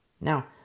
Now